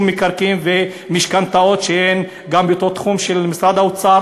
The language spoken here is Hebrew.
מקרקעין והמשכנתאות שהן גם באותו תחום של משרד האוצר.